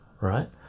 right